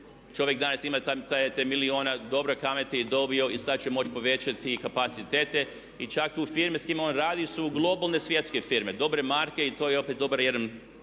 čovjek danas ima te milijune dobre kamate i dobio i sad će moći povećati kapacitete i čak i tu u firmi s kim on radi su globalne svjetske firme, dobre marke i to je opet dobar jedan